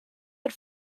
had